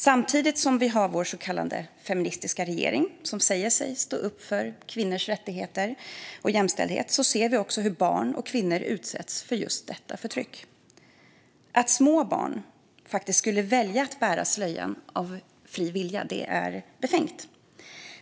Samtidigt som vi har vår så kallade feministiska regering, som säger sig stå upp för kvinnors rättigheter och jämställdhet, ser vi hur barn och kvinnor utsätts för detta förtryck. Att små barn skulle välja att bära slöjan av fri vilja är befängt.